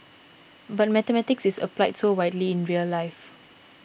but mathematics is applied so widely in real life